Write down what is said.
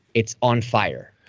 it's on fire.